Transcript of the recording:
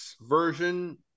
version